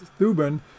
Thuban